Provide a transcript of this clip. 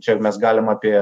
čia mes galim apie